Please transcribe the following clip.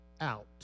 out